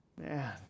Man